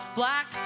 black